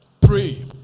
Pray